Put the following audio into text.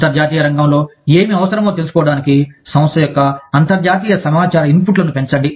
అంతర్జాతీయ రంగంలో ఏమి అవసరమో తెలుసుకోవడానికి సంస్థ యొక్క అంతర్జాతీయ సమాచార ఇన్పుట్లను పెంచండి